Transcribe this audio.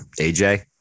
aj